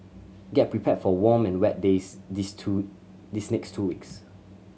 get prepared for warm and wet days these two these next two weeks